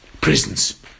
prisons